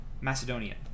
Macedonia